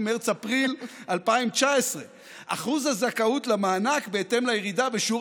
מרץ-אפריל 2019. אחוז הזכאות למענק בהתאם לירידה בשיעור